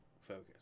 Focus